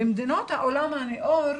במדינות העולם הנאור,